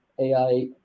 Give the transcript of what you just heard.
AI-